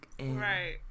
Right